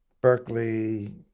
Berkeley